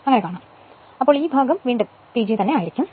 അതിനാൽ ഈ ഭാഗം PG ആയിരിക്കും